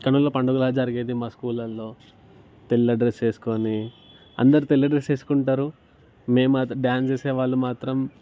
కన్నుల పండుగగా జరిగేది మా స్కూల్లల్లో తెల్ల డ్రెస్ వేసుకుని అందరూ తెల్ల డ్రెస్ వేసుకుంటారు నేను మా డ్యాన్స్ వేసేవాళ్ళు మాత్రం